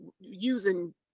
using